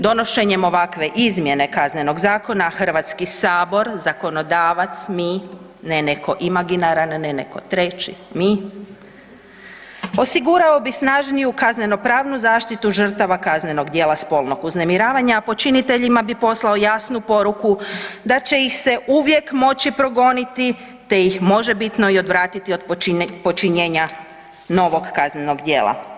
Donošenjem ovakve izmjene KZ-a, Hrvatski sabor, zakonodavac, mi, ne neko imaginaran, ne neko reći, mi, osigurao bi snažniju kazneno-pravnu zaštitu žrtava kaznenog djela spolnog uznemiravanja, počiniteljima bi poslao jasnu poruku da će ih se uvijek moći progoniti te ih možebitno i odvratiti od počinjenja novog kaznenog djela.